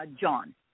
John